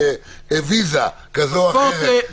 "ויזה" כזאת או אחרת,